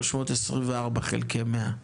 324 מיליון ₪ חלקי 100,